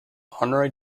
honorary